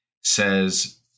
says